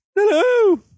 Hello